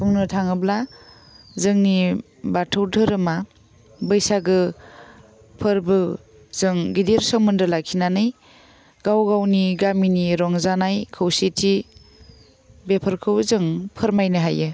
बुंनो थाङोब्ला जोंनि बाथौ धोरोमआ बैसागो फोरबोजों गिदिर सोमोन्दो लाखिनानै गाव गावनि गामिनि रंजानाय खौसेथि बेफोरखौ जों फोरमायनो हायो